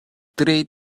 tre